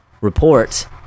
report